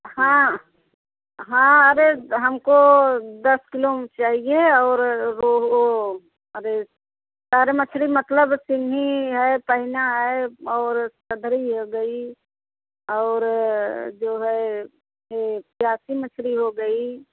हाँ हाँ अरे हमको दस किलो चाहिए और रोहू अरे सारे मछली मतलब सिंघी है पहिना है और सधरी हो गयी और जो है यह प्यासी मछली हो गई